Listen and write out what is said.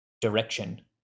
direction